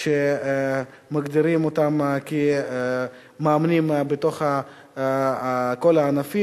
שמגדירות אותם כמאמנים בתוך כל הענפים,